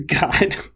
God